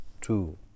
two